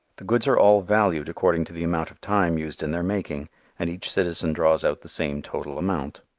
the goods are all valued according to the amount of time used in their making and each citizen draws out the same total amount.